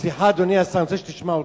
סליחה, אדוני השר, אני רוצה שתשמע אותי.